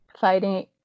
fighting